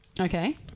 Okay